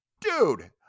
dude